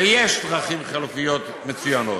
ויש דרכים חלופיות מצוינות.